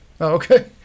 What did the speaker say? Okay